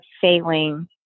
failing